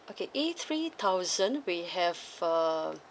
okay E three thousand we have um